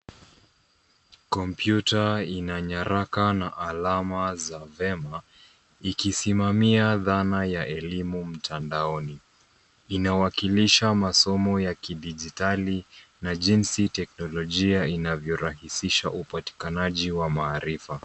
Kompyuta ina nyaraka na alama za vyema ikisimamia dhana ya elimu mtandoni, inawakilisha masomo ya kidijitali na jinsi teknolojia inavyorahisisha upatikanaji wa maarifa.